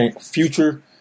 future